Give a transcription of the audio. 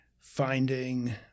Finding